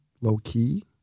low-key